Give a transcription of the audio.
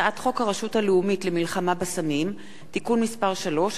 הצעת חוק הרשות הלאומית למלחמה בסמים (תיקון מס' 3),